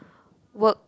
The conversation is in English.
work